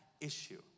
issue